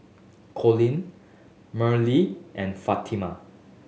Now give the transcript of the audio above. Colon Merrilee and Fatima